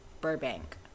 Burbank